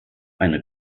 eine